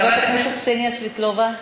חברת הכנסת קסניה סבטלובה.